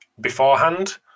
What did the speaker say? beforehand